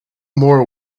more